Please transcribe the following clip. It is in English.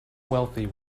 wealthy